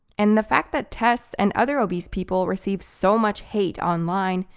and the fact that tess and other obese people receive so much hate online,